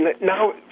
now